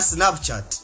Snapchat